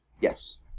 Yes